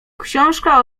książka